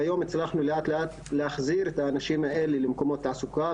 כיום הצלחנו לאט לאט להחזיר את הנשים האלה למקומות התעסוקה,